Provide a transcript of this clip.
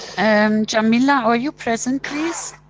and jamila are you present, please?